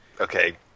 Okay